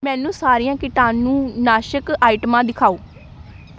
ਮੈਨੂੰ ਸਾਰੀਆਂ ਕੀਟਾਣੂਨਾਸ਼ਕ ਆਈਟਮਾਂ ਦਿਖਾਓ